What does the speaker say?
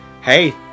hey